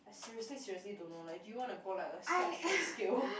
I seriously seriously don't know leh do you want to go like to a Xiaxue scale